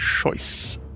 choice